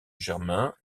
germain